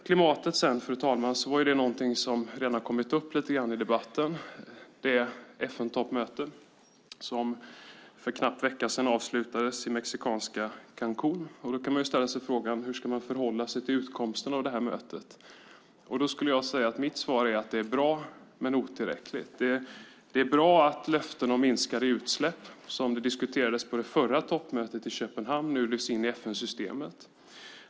Klimatet, fru talman, har redan kommit upp lite grann i debatten, det FN-toppmöte som för en knapp vecka sedan avslutades i mexikanska Cancún. Då kan man ställa sig frågan: Hur ska man förhålla sig till utgången av det här mötet? Mitt svar är att det är bra men otillräckligt. Det är bra att löften om minskade utsläpp, som diskuterades på förra toppmötet i Köpenhamn, nu lyfts in i FN-systemet.